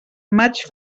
maig